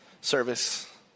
service